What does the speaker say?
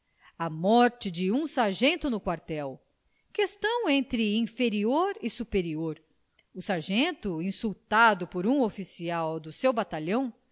a morte de um sargento no quartel questão entre inferior e superior o sargento insultado por um oficial do seu batalhão